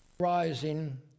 Rising